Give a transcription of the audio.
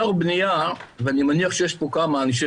אתר בנייה אני מניח שיש פה כמה אנשי